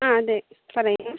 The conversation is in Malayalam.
ആ അതെ പറയൂ